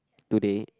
today